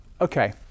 okay